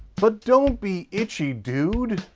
but don't be itchy, dude.